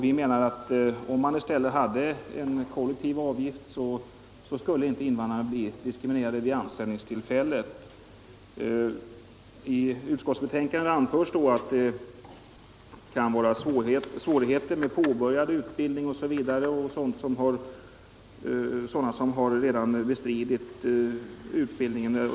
Vi menar att om man i stället hade en kollektiv avgift så skulle inte invandrarna bli diskriminerade vid anställningstillfället. I utskottsbetänkandet anförs att det kan förekomma svårigheter med påbörjad utbildning; några har redan bestridit kostnaderna för utbildningen.